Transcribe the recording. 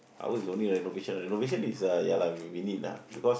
ours is only renovation renovation is uh ya lah we need lah because